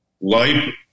life